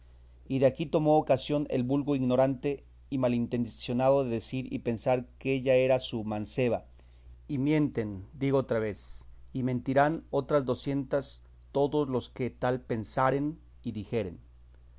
y de aquí tomó ocasión el vulgo ignorante y mal intencionado de decir y pensar que ella era su manceba y mienten digo otra vez y mentirán otras docientas todos los que tal pensaren y dijeren